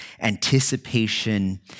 anticipation